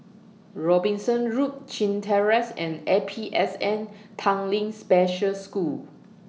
Robinson Road Chin Terrace and A P S N Tanglin Special School